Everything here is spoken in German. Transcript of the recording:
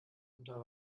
unter